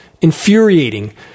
infuriating